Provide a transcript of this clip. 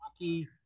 Rocky